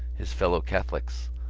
his fellow-catholics,